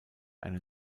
eine